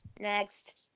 Next